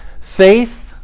faith